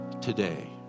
today